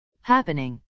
happening